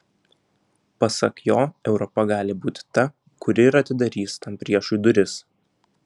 pasak jo europa gali būti ta kuri ir atidarys tam priešui duris